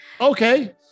okay